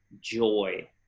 joy